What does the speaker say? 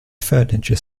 furniture